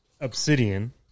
Obsidian